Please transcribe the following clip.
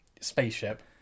spaceship